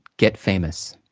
get famous.